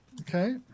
Okay